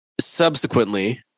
subsequently